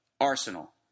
Arsenal